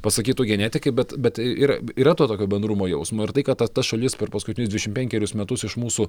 pasakytų genetikai bet bet yra yra to tokio bendrumo jausmo ir tai kad ta tas šalis per paskutinius dvidešim penkerius metus iš mūsų